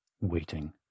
waiting